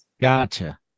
Gotcha